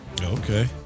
Okay